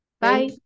Bye